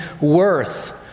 worth